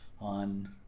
on